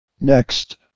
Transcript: Next